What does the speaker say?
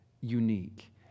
unique